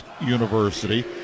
University